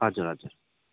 हजुर हजुर